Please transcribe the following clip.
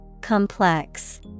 Complex